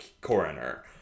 coroner